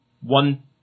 one